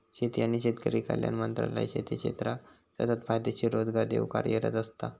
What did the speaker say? शेती आणि शेतकरी कल्याण मंत्रालय शेती क्षेत्राक सतत फायदेशीर रोजगार देऊक कार्यरत असता